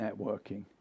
networking